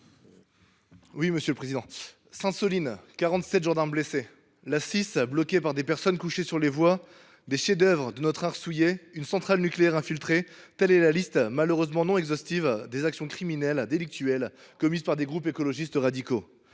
à M. Joshua Hochart. Sainte Soline et ses 47 gendarmes blessés, l’A6 bloquée par des personnes couchées sur les voies, des chefs d’œuvre de notre art souillés, une centrale nucléaire infiltrée… : telle est la liste, malheureusement non exhaustive, des actions criminelles ou délictuelles commises par des groupes écologistes radicaux.